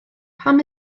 pam